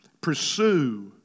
Pursue